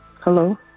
Hello